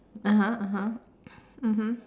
(uh huh) (uh huh) mmhmm